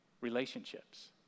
relationships